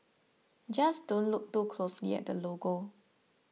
just don't look too closely at the logo